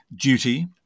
duty